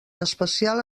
especial